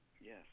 Yes